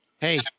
Hey